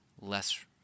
less